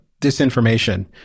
disinformation